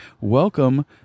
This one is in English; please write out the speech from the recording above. Welcome